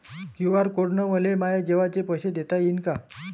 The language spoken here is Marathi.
क्यू.आर कोड न मले माये जेवाचे पैसे देता येईन का?